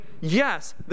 yes